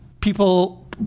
people